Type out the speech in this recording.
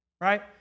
Right